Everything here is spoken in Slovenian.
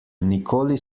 nikoli